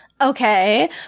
okay